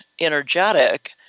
energetic